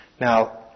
Now